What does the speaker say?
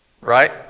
Right